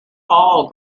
all